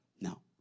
No